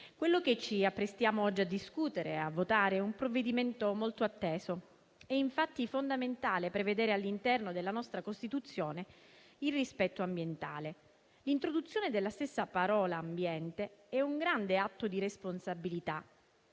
che oggi ci apprestiamo a discutere e a votare è molto atteso. È, infatti, fondamentale prevedere all'interno della nostra Costituzione il rispetto ambientale. L'introduzione della stessa parola «ambiente» è un grande atto di responsabilità